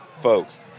folks